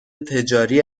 تجاری